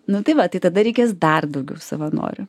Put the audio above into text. nu tai va tai tada reikės dar daugiau savanorių